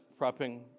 prepping